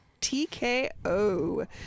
TKO